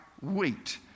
wheat